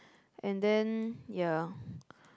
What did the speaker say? and then ya